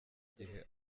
gihe